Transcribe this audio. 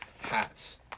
hats